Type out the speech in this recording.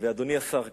ואדוני השר כמובן,